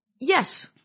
yes